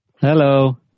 Hello